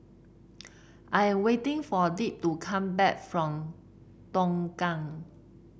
I'm waiting for Dick to come back from Tongkang